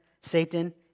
Satan